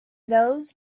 those